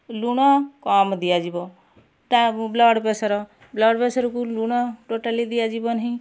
ଲୁଣ କମ୍ ଦିଆଯିବ ତା ବ୍ଲଡ଼ପ୍ରେସର ବ୍ଲଡ଼ପ୍ରେସରକୁ ଲୁଣ ଟୋଟାଲି ଦିଆଯିବନିହି